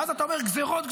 ואז אתה אומר: גזרות,